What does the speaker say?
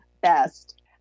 best